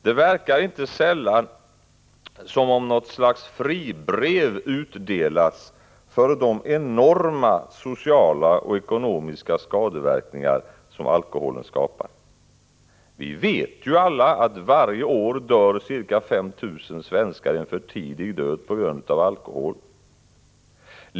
Det verkar inte sällan som om något slags fribrev utdelats för de enorma sociala och ekonomiska skadeverkningar som alkoholen skapar. Vi vet ju alla att varje år dör ca 5 000 svenskar en för tidig död på grund av alkohol.